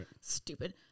Stupid